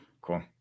Cool